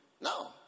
No